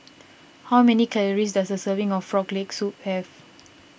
how many calories does a serving of Frog Leg Soup have